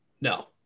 no